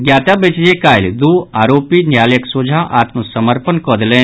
ज्ञातव्य अछि जे काल्हि दू आरोपी न्यायालक सोझा आत्मसमर्पण कऽ देलनि